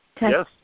Yes